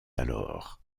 alors